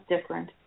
different